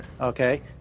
Okay